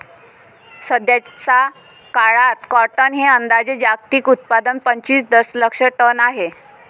सध्याचा काळात कॉटन हे अंदाजे जागतिक उत्पादन पंचवीस दशलक्ष टन आहे